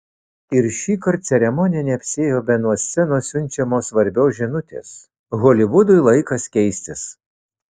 ir šįkart ceremonija neapsiėjo be nuo scenos siunčiamos svarbios žinutės holivudui laikas keistis